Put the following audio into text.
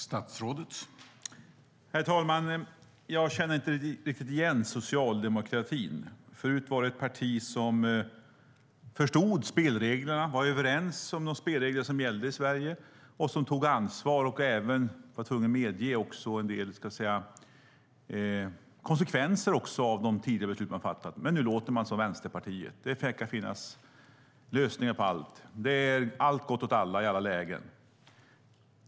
Herr talman! Jag känner inte riktigt igen socialdemokratin. Förut var det ett parti som förstod spelreglerna, var överens om de spelregler som gällde i Sverige och tog ansvar och även var tvungen att medge en del konsekvenser av de beslut som hade fattats. Men nu låter man som Vänsterpartiet. Det verkar finnas lösningar på allt. Det är allt gott åt alla i alla lägen.